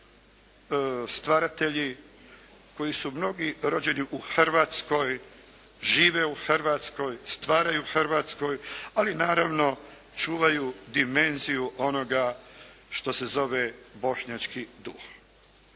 stvaratelji koji su mnogi rođeni u Hrvatskoj. Žive u Hrvatskoj, stvaraju u Hrvatskoj ali naravno čuvaju dimenziju onoga što se zove bošnjački duh.